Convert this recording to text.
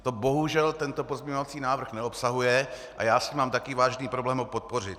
To bohužel tento pozměňovací návrh neobsahuje a já s tím mám vážný problém ho podpořit.